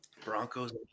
Broncos